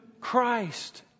Christ